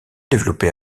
développé